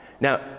Now